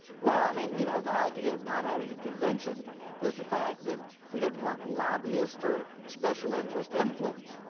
well, i mean, you know the idea of not having a convention was the fact that we didn't want lobbyists or special interest influence.